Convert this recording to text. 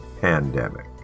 pandemic